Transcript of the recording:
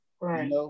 Right